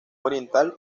oriental